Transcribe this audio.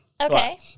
Okay